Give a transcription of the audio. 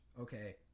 okay